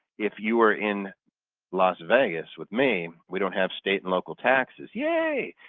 if you were in las vegas with me, we don't have state and local taxes. yay.